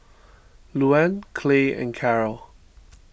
Luann Clay and Karol